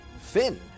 Finn